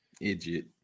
Idiot